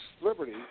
Liberty